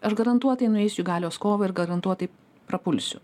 aš garantuotai nueisiu į galios kovą ir garantuotai prapulsiu